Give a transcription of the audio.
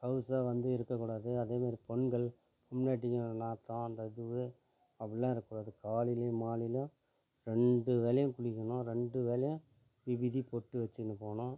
கவுச்ச வந்து இருக்கக்கூடாது அதேமாதிரி பொண்கள் பொண்டாட்டிங்க நாற்றம் அந்த இது அப்படிலாம் இருக்கக்கூடாது காலையிலேயும் மாலையிலேயும் ரெண்டு வேலையும் குளிக்கணும் ரெண்டு வேலையும் விபூதி பொட்டு வச்சிக்கினு போகணும்